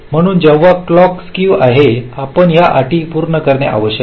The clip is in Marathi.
म्हणून जेव्हा क्लॉक स्केव आहे आपण या अटी पूर्ण करणे आवश्यक आहे